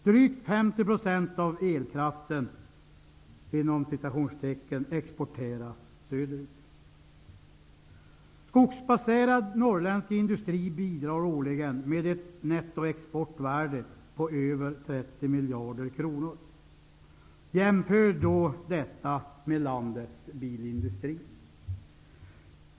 Drygt 50 % av elkraften Skogsbaserad norrländsk industri bidrar årligen med ett nettoexportvärde på över 30 miljarder kronor. Jämför detta med landets bilindustri!